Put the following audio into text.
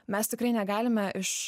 mes tikrai negalime iš